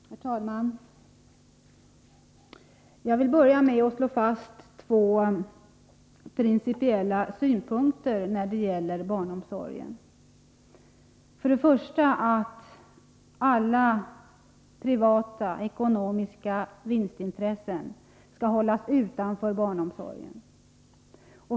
Herr talman! Jag vill börja med att ta fasta på två principiella synpunkter när det gäller barnomsorgen: För det första skall alla privata, ekonomiska vinstintressen hållas utanför barnomsorgen.